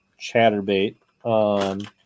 chatterbait